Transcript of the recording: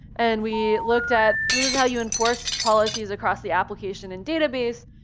and we looked at this is how you enforce policies across the application and database,